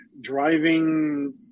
driving